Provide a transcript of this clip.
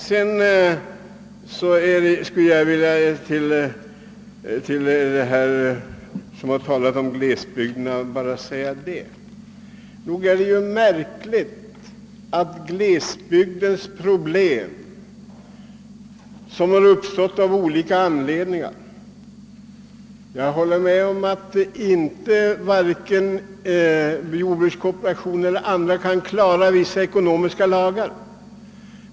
Det har här talats om glesbygdens problem — problem som har uppkommit av olika anledningar. Jag håller med om att varken jordbrukskooperationen eller andra kan sätta sig över de ekonomiska lagarna.